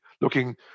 looking